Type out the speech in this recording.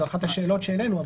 זאת אחת השאלות שהעלינו.